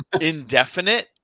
indefinite